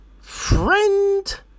Friend